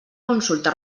consulta